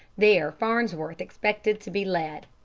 there farnsworth expected to be led.